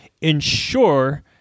ensure